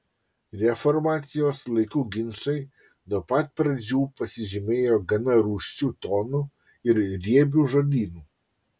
reformacijos laikų ginčai nuo pat pradžių pasižymėjo gana rūsčiu tonu ir riebiu žodynu